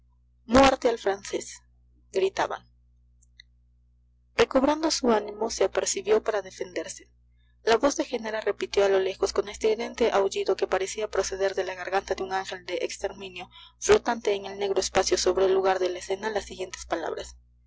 muerte al francés gritaban recobrando su ánimo se apercibió para defenderse la voz de genara repitió a lo lejos con estridente aullido que parecía proceder de la garganta de un ángel de exterminio flotante en el negro espacio sobre el lugar de la escena las siguientes palabras